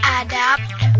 adapt